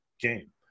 game